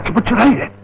but yeah